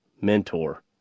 mentor